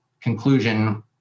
conclusion